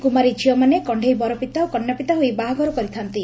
କୁମାରୀ ଝିଅମାନେ କଣେଇ ବରପିତା ଓ କନ୍ୟାପିତା ହୋଇ ବାହାଘର କରିଥାନ୍ତି